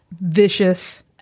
Vicious